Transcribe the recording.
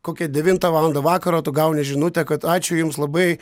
kokią devintą valandą vakaro tu gauni žinutę kad ačiū jums labai